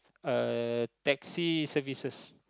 a taxi services